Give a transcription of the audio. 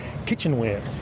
Kitchenware